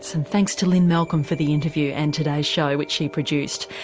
and thanks to lynne malcolm for the interview and today's show, which she produced.